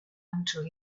until